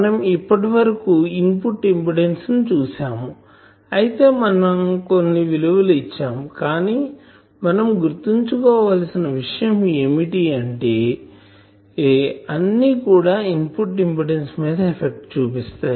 మనం ఇప్పటి వరకు ఇన్పుట్ ఇంపిడెన్సు ని చూసాము అయితే మనం కొన్ని విలువలు ఇచ్చాం కానీ మనం గుర్తు ఉంచుకోవాల్సిన విషయం ఏమిటి అంటే అన్నీ కూడా ఇన్పుట్ ఇంపిడెన్సు మీద ఎఫెక్ట్ చూపిస్తాయి